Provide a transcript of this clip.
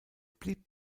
blieb